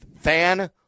Fan